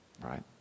right